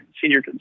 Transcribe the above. senior